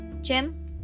Jim